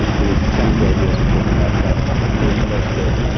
at least some of the ideas we talked about, about doing the most good.